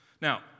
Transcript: Now